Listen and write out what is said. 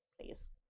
please